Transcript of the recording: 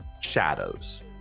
Shadows